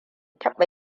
taba